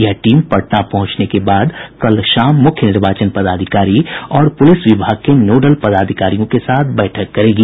यह टीम पटना पहुंचने के बाद कल शाम मुख्य निर्वाचन पदाधिकारी और पुलिस विभाग के नोडल पदाधिकारियों के साथ बैठक करेगी